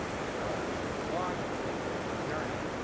after a long journey,